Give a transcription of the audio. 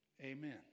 Amen